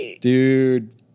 Dude